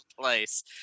place